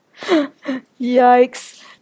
Yikes